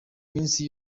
minsi